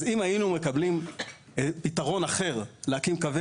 אז אם היינו מקבלים פתרון אחר להקים קווי